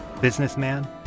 businessman